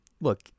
Look